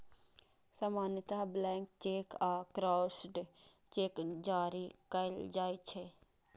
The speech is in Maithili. सामान्यतः ब्लैंक चेक आ क्रॉस्ड चेक जारी कैल जाइ छै